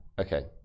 Okay